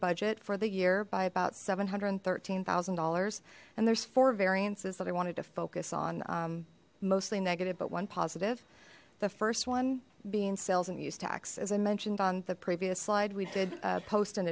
budget for the year by about seven hundred and thirteen thousand dollars and there's four variances that i wanted to focus on mostly negative but one positive the first one being sales and use tax as i mentioned on the previous slide we did post